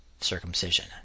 circumcision